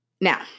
Now